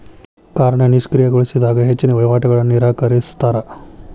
ಕಾರ್ಡ್ನ ನಿಷ್ಕ್ರಿಯಗೊಳಿಸಿದಾಗ ಹೆಚ್ಚಿನ್ ವಹಿವಾಟುಗಳನ್ನ ನಿರಾಕರಿಸ್ತಾರಾ